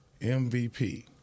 MVP